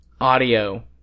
audio